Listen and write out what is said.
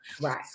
Right